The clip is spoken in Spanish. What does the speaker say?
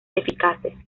eficaces